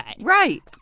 Right